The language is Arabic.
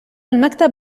المكتب